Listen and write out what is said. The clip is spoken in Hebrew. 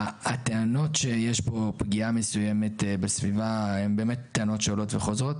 הטענות שיש פה פגיעה מסוימת בסביבה הן באמת טענות שעולות וחוזרות.